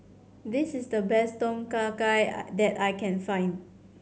this is the best Tom Kha Gai that I can find